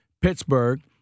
Pittsburgh